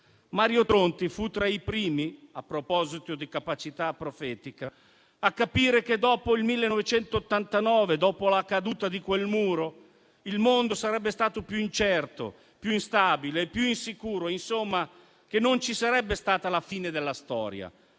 Mario Tronti fu tra i primi, a proposito di capacità profetica, a capire che dopo il 1989, dopo la caduta del Muro, il mondo sarebbe stato più incerto, più instabile e più insicuro; insomma che non ci sarebbe stata la fine della storia,